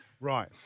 Right